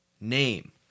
name